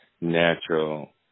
natural